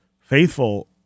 faithful